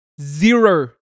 zero